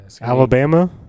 Alabama